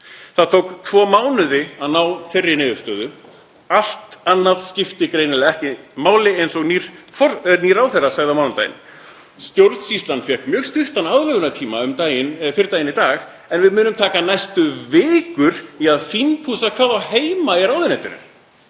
Það tók tvo mánuði að ná þeirri niðurstöðu. Allt annað skiptir greinilega ekki máli eins og nýr ráðherra sagði á mánudaginn: Stjórnsýslan fékk mjög stuttan aðlögunartíma fyrir daginn í dag en við munum taka næstu vikur í að fínpússa hvað á heima í ráðuneytinu.